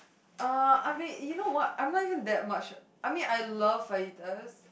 uh I mean you know what I'm not even that much I mean I love fajitas